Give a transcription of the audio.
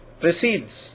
precedes